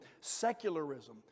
secularism